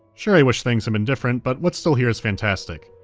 sure, i wish things have been different, but what's still here is fantastic.